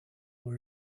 were